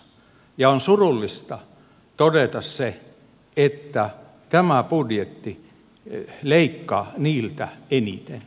on surullista todeta se että tämä budjetti leikkaa heiltä eniten